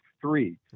three